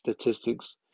statistics